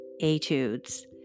etudes